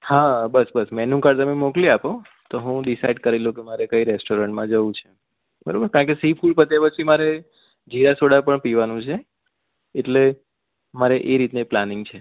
હા બસ બસ મેન્યુ કાર્ડ તમે મોકલી આપો તો હું ડિસાઈડ કરી લઉ છું કે મારે કઈ રેસ્ટોરન્ટમાં જવું બરોબર કારણકે સી ફૂડ બધે પછી મારે જીરા સોડા પણ પીવાનું છે એટલે મારે એ રીતની પ્લાનિંગ છે